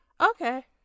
Okay